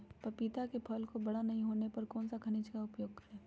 पपीता के फल को बड़ा नहीं होने पर कौन सा खनिज का उपयोग करें?